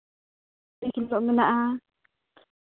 ᱢᱮᱱᱟᱜᱼᱟ